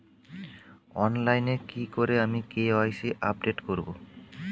অনলাইনে কি করে আমি কে.ওয়াই.সি আপডেট করব?